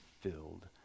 filled